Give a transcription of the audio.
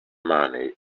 money